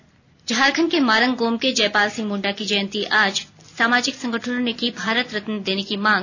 त् झारखंड के मारंग गोमके जयपाल सिंह मुण्डा की जयंती आज सामाजिक संगठनों ने की भारत रत्न देने की मांग